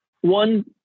One